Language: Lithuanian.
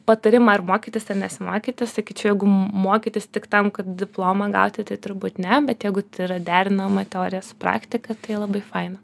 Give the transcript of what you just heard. patarimą ar mokytis ar nesimokyti sakyčiau jeigu m mokytis tik tam kad diplomą gauti tai turbūt ne bet jeigu tai yra derinama teorija su praktika tai labai faina